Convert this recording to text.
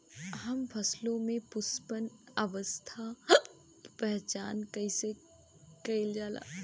हम फसलों में पुष्पन अवस्था की पहचान कईसे कईल जाला?